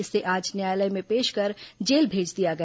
इसे आज न्यायालय में पेश कर जेल भेज दिया गया